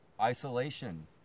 isolation